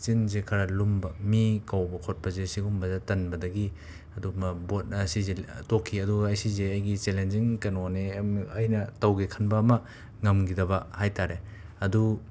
ꯆꯤꯟꯁꯦ ꯈꯔ ꯂꯨꯝꯕ ꯃꯤ ꯀꯧꯕ ꯈꯣꯠꯄꯁꯦ ꯁꯤꯒꯨꯝꯕꯁꯦ ꯇꯟꯕꯗꯒꯤ ꯑꯗꯨꯃꯛ ꯕꯣꯠꯅ ꯁꯤꯁꯦ ꯇꯣꯛꯈꯤ ꯑꯗꯨꯒ ꯑꯩ ꯁꯤꯁꯦ ꯑꯩꯒꯤ ꯆꯦꯂꯦꯟꯖꯤꯡ ꯀꯦꯅꯣꯅꯦ ꯑꯩꯅ ꯇꯧꯒꯦ ꯈꯟꯕ ꯃ ꯉꯝꯒꯤꯗꯕ ꯍꯥꯏꯇꯥꯔꯦ ꯑꯗꯨ